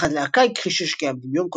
אך הלהקה הכחישה שקיים דמיון כלשהו.